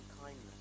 kindness